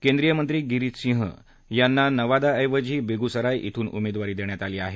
केंद्रीय मंत्री गिरीराज सिंह यांना नवादाऐवजी बेगुसराय इथून उमेदवारी देण्यात आली आहे